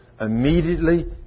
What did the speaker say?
immediately